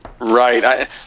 Right